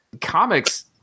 Comics